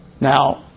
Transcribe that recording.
Now